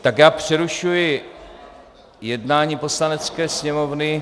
Tak já přerušuji jednání Poslanecké sněmovny...